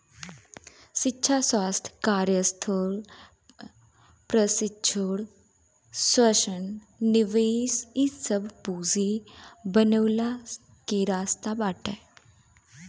शिक्षा, स्वास्थ्य, कार्यस्थल प्रशिक्षण, प्रवसन निवेश इ सब पूंजी बनवला के रास्ता बाटे